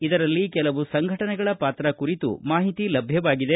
ಇದರಲ್ಲಿ ಕೆಲವು ಸಂಘಟನೆಗಳ ಪಾತ್ರ ಕುರಿತು ಮಾಹಿತಿ ಲಭ್ಯವಾಗಿದೆ